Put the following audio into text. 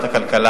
אה.